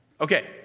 Okay